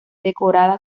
decorada